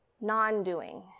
non-doing